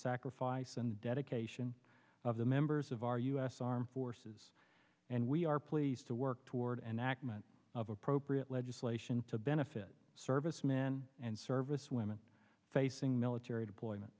sacrifice and dedication of the members of our u s armed forces and we are pleased to work toward enactment of appropriate legislation to benefit servicemen and servicewomen facing military deployment